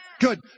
Good